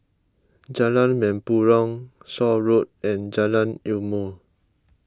Jalan Mempurong Shaw Road and Jalan Ilmu